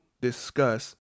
discuss